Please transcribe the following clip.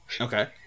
Okay